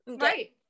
right